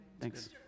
thanks